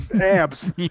abs